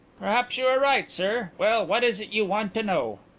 perhaps you are right, sir. well, what is it you want to know?